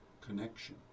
connection